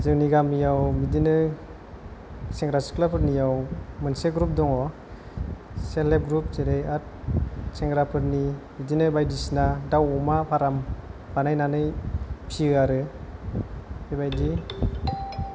जोंनि गामिआव बिदिनो सेंग्रा सिख्ला फोरनिआव मोनसे ग्रुप दङ सेल्प हेल्प ग्रुप जेरै सेंग्राफोरनि बिदिनो बायदिसिना दाउ अमा फार्म बानायनानै फियो आरो बे बायदि